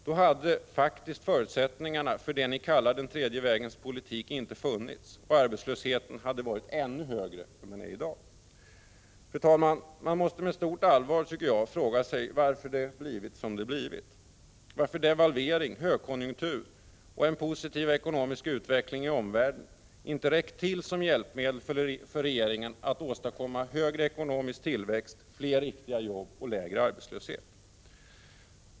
Då hade faktiskt förutsättningarna för det ni kallar den tredje vägens politik inte funnits, och arbetslösheten hade varit ännu högre än den är i dag. Fru talman! Man måste med stort allvar fråga sig varför det blivit som det blivit, varför devalvering, högkonjunktur och en positiv ekonomisk utveckling i omvärlden inte räckt till som hjälpmedel för regeringen att åstadkomma högre ekonomisk tillväxt, fler riktiga jobb och lägre arbetslöshet.